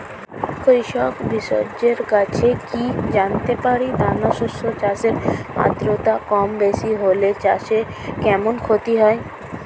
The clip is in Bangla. কৃষক বিশেষজ্ঞের কাছে কি জানতে পারি দানা শস্য চাষে আদ্রতা কমবেশি হলে চাষে কেমন ক্ষতি হয়?